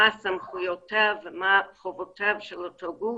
מה סמכויותיו וחובותיו של אותו גוף.